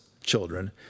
children